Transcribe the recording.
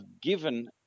given